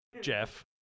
Jeff